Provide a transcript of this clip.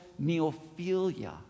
neophilia